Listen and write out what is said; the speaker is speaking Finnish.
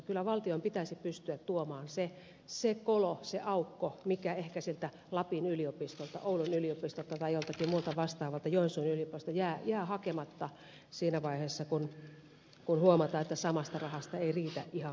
kyllä valtion pitäisi pystyä täyttämään se kolo se aukko mikä ehkä siltä lapin yliopistolta oulun yliopistolta joensuun yliopistolta tai joltakin muulta vastaavalta jää hakematta siinä vaiheessa kun huomataan että samasta rahasta ei riitä ihan kaikille